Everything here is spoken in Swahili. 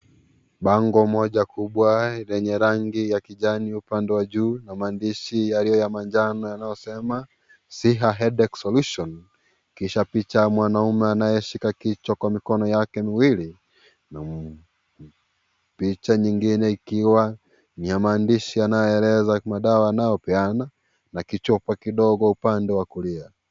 Bango moja kubwa lenye rangi ya kijani upande wa juu na maandishi yaliyo ya manjano yanayosema Siha Headache Solution kisha picha ya mwanaume anayeshika kichwa kwa mikono miwili. Picha nyingine ikiwa ya maandishi yanayoelezea madawa anayopeana na kichupa kidogo upande wa kulia.